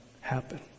happen